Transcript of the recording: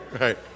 Right